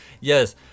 yes